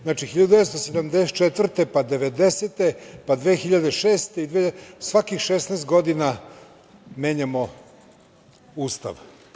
Znači, 1974. godine, pa 1990, pa 2006. godine, svakih 16 godina menjamo Ustav.